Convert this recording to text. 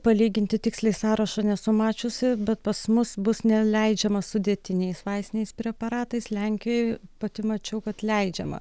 palyginti tiksliai sąrašo nesu mačiusi bet pas mus bus neleidžiama sudėtiniais vaistiniais preparatais lenkijoje pati mačiau kad leidžiama